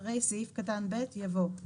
אחרי סעיף קטן (ב) יבוא: